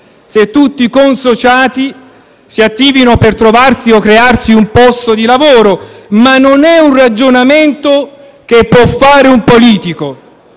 se tutti i consociati si attivino per trovarsi o crearsi un posto di lavoro, ma non è un ragionamento che può fare un politico.